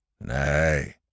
Nay